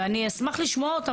ואני אשמח לשמוע אותם.